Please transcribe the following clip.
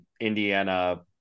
Indiana